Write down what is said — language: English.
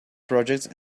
projects